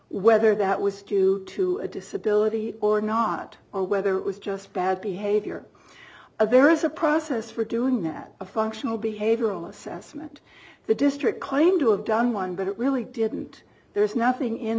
whether that was due to a disability or not or whether it was just bad behavior there is a process for doing that a functional behavioral assessment the district claimed to have done one but it really didn't there's nothing in